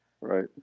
right